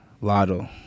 Lotto